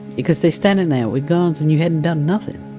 because they're standin there with guns and you hadn't done nothin.